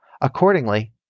Accordingly